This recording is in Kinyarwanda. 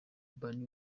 urban